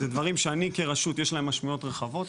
ואלה דברים שאני כרשות יש להם משמעויות רחבות,